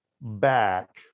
back